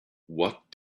what